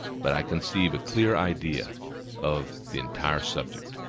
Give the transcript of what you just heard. but i conceive a clear idea of the entire subject.